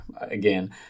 again